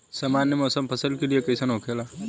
सामान्य मौसम फसल के लिए कईसन होखेला?